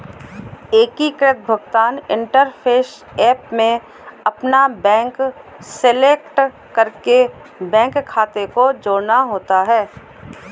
एकीकृत भुगतान interface app में अपना बैंक सेलेक्ट करके बैंक खाते को जोड़ना होता है